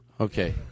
Okay